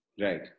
Right